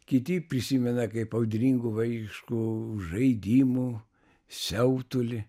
kiti prisimena kaip audringų vaikiškų žaidimų siautulį